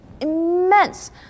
immense